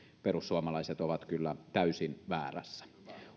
perussuomalaiset ovat kyllä täysin väärässä